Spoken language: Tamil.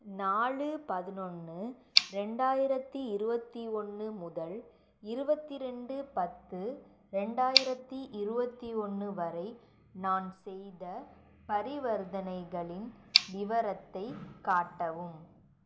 நாலு பதினொன்னு ரெண்டாயிரத்து இருபத்தி ஒன்று முதல் இருபத்தி ரெண்டு பத்து ரெண்டாயிரத்து இருபத்தி ஒன்று வரை நான் செய்த பரிவர்த்தனைகளின் விவரத்தை காட்டவும்